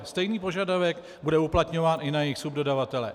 Stejný požadavek bude uplatňován i na jejich subdodavatele.